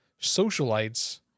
Socialites